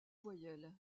voyelles